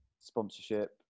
sponsorship